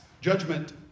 judgment